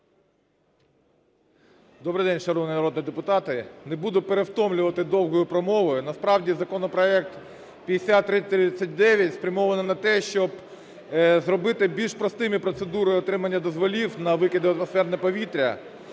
Добрий день, шановні народні депутати. Не буду перевтомлювати довгою промовою. Насправді законопроект 5339 спрямований на те, щоб зробити більш простими процедури отримання дозволів на викиди в атмосферне повітря,